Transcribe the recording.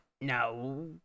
No